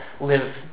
live